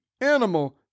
animal